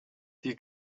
die